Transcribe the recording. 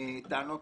טענות